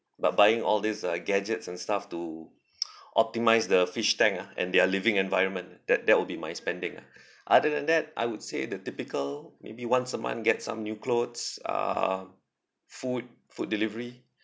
but buying all these uh gadgets and stuff to optimise the fish tank ah and their living environment that that will be my spending ah other than that I would say the typical maybe once a month get some new clothes uh food food delivery